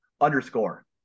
underscore